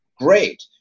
Great